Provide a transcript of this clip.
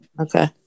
Okay